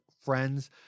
Friends